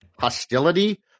hostility